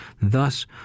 thus